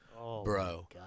Bro